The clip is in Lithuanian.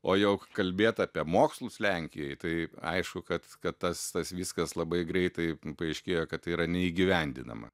o jau kalbėt apie mokslus lenkijoj tai aišku kad kad tas tas viskas labai greitai paaiškėjo kad tai yra neįgyvendinama